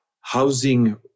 housing